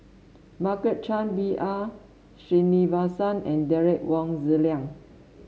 Margaret Chan B R Sreenivasan and Derek Wong Zi Liang